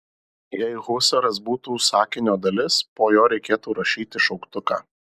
jei husaras būtų sakinio dalis po jo reikėtų rašyti šauktuką